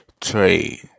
trade